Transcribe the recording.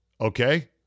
Okay